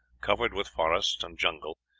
covered with forests and jungle,